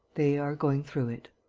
they are going through it.